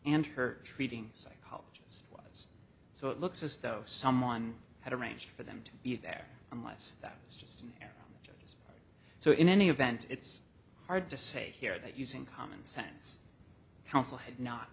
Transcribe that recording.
and her treating psychologist so it looks as though someone had arranged for them to be there unless those just so in any event it's hard to say here that using common sense counsel had not